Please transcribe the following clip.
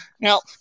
now